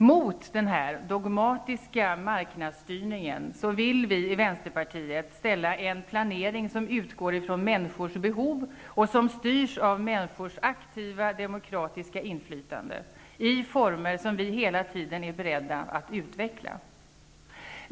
Mot denna dogmatiska marknadsstyrning vill vi inom Vänsterpartiet ställa en planering som utgår ifrån människors behov och styrs av människors aktiva, demokratiska inflytande i former som vi hela tiden är beredda att utveckla.